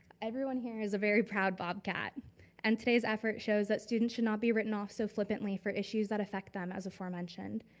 everyone here is a very proud bobcat and today's effort shows that students should not be written off so flippantly for issues that affect them as aforementioned.